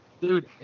Dude